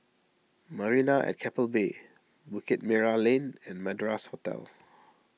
Marina at Keppel Bay Bukit Merah Lane and Madras Hotel